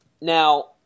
Now